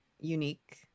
unique